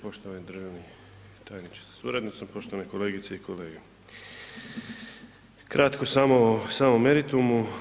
Poštovani državni tajniče se suradnicom, poštovane kolegice i kolege, kratko samo o samom meritumu.